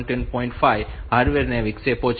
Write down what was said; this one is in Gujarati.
5 એ હાર્ડવેર વિક્ષેપો છે